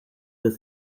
las